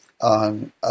on